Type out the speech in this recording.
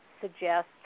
suggest